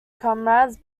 comrades